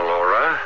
Laura